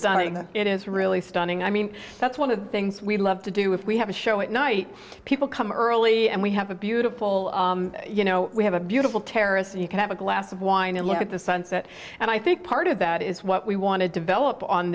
is it is really stunning i mean that's one of the things we love to do if we have a show at night people come early and we have a beautiful you know we have a beautiful terrace and you can have a glass of wine and look at the sunset and i think part of that is what we want to develop on